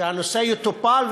שהנושא יטופל,